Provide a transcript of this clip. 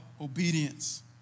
obedience